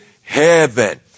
heaven